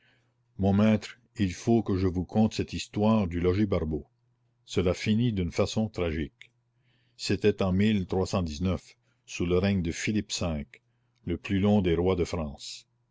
mon maître il faut que je vous conte cette histoire du logis barbeau cela finit d'une façon tragique c'était en sous le règne de philippe v le plus long des rois de france